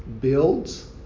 builds